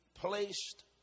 placed